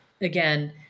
Again